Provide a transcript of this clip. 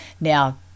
Now